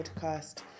podcast